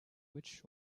witch